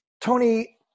Tony